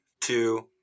two